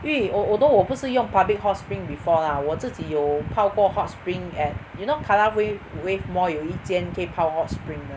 因为 al~ although 我不是用 public hot spring before lah 我自己有泡过 hot spring at you know Kallang Wa~ Wave Mall 有一间可以泡 hot spring 的